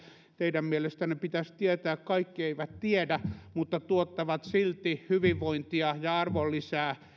teidän mielestänne pitäisi tietää kaikki eivät tiedä mutta tuottavat silti hyvinvointia ja arvonlisää